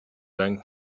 bank